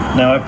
now